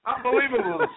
Unbelievable